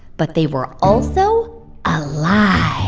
but they were also alive